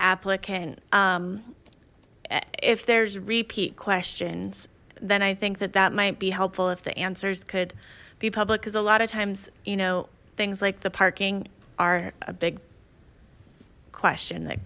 applicant if there's repeat questions then i think that that might be helpful if the answers could be public as a lot of times you know things like the parking are a big question that